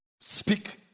speak